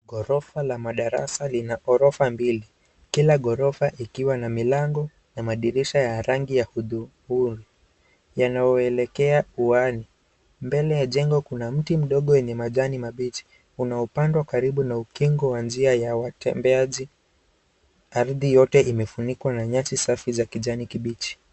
Ghorofa la madarasa lina ghorofa mbili. Kila ghorofa ikiwa na milango na madirisha ya rangi ya udhurungi. Yanayoelekea huani. Mbele ya jengo kuna mti mdogo yenye machani mapiji. Kuna upande karibu ukingo wa njia wa tembeaji ardhi yote imefunikwa nyasi ya rangi ya kijani kibichi.